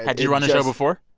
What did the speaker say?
had you run a show before?